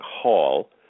Hall